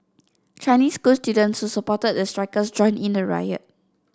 Chinese school students supported the strikers joined in the riot